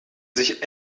sich